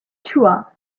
chua